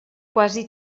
quasi